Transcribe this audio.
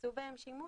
שיעשו בהם שימוש,